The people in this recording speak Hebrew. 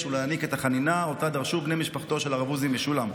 ולהעניק את החנינה שאותה דרשו בני משפחתו של הרב עוזי משולם.